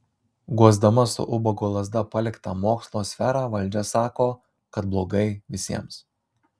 guosdama su ubago lazda paliktą mokslo sferą valdžia sako kad blogai visiems